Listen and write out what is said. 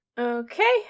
Okay